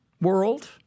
world